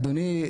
אדוני,